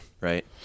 Right